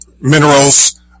minerals